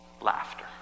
laughter